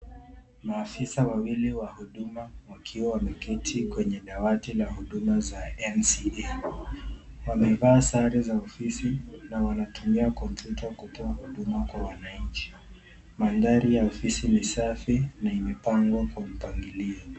Maafisa wawili wa huduma wakiwa wameketi kwenye dawati la huduma za NCA . Wamevaa sare za ofisi na wanatumia kompyuta kutoa huduma kwa wananchi. Mandhari ya ofisi ni safi na imepangwa kwa mpangilio.